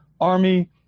army